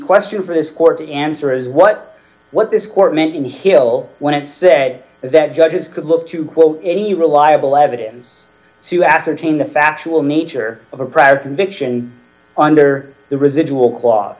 question for this court to answer is what what this court meant in hill when it said that judges could look to quote any reliable evidence to ascertain the factual nature of a prior conviction under the residual cl